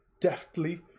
deftly